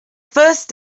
first